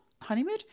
honeymoon